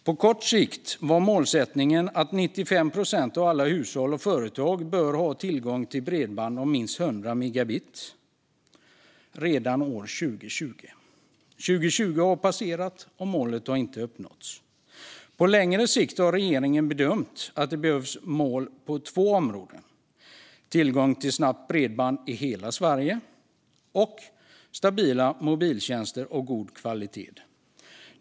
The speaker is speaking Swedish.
På kort sikt var målsättningen att 95 procent av alla hushåll och företag skulle ha tillgång till bredband med minst 100 megabit per sekund redan år 2020. År 2020 har passerat, och målet har inte uppnåtts. På längre sikt har regeringen bedömt att det behövs mål på två områden: tillgång till snabbt bredband i hela Sverige och stabila mobila tjänster av god kvalitet.